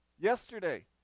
yesterday